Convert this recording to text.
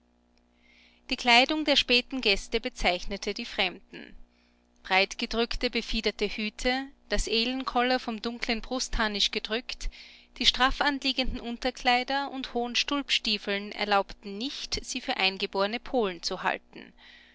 die kleidung der späten gäste bezeichnete die fremden breitgedrückte befiederte hüte das elenkoller vom dunklen brustharnisch gedrückt die straffanliegenden unterkleider und hohen stulpstiefeln erlaubten nicht sie für eingeborne polen zu halten